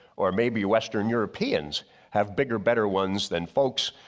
or maybe western europeans have bigger better ones than folks